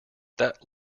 that